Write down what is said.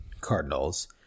Cardinals